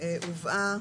הובאה